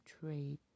trade